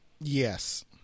Yes